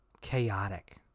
chaotic